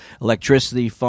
electricity